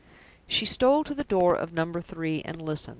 she stole to the door of number three and listened.